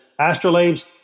astrolabes